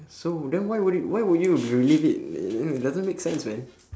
so then why would it why would you relieve it you know it doesn't make sense man